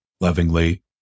lovingly